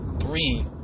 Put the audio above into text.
three